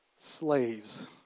slaves